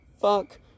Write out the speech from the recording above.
fuck